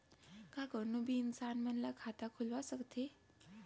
का कोनो भी इंसान मन ला खाता खुलवा सकथे?